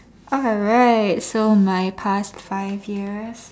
alright so my past five years